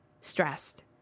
stressed